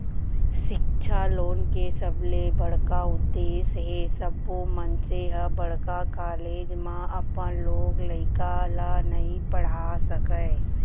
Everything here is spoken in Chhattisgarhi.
सिक्छा लोन के सबले बड़का उद्देस हे सब्बो मनसे ह बड़का कॉलेज म अपन लोग लइका ल नइ पड़हा सकय